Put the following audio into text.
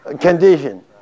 condition